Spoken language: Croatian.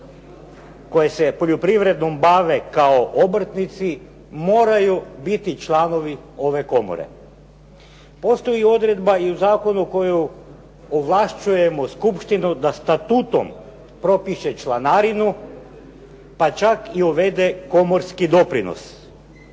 koje se poljoprivrednom bave kao obrtnici, moraju biti članovi ove komore. Postoji odredba i u zakonu koju ovlašćujemo skupštinu da statutom propiše članarinu, pa čak i uvede komorski doprinos.